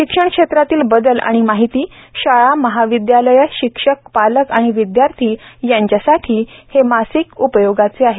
शिक्षण क्षेत्रातील बदल आणि माहिती शाळा महाविद्यालये शिक्षक पालक आणि विद्यार्थी यांच्यासाठी हे मासिक उपयोगाचे आहे